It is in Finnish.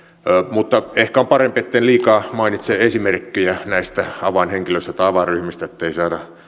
mutta ehkä on parempi etten liikaa mainitse esimerkkejä näistä avainhenkilöistä tai avainryhmistä ettei saada